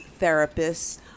therapists